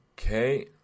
Okay